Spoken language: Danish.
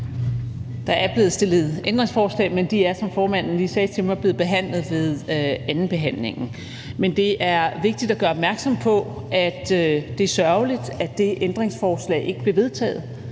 Der er blevet stillet ændringsforslag, men de er, som formanden lige sagde til mig, blevet behandlet ved andenbehandlingen. Men det er vigtigt at gøre opmærksom på, at det er sørgeligt, at det ændringsforslag ikke blev vedtaget.